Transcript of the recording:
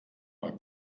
mal